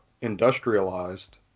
industrialized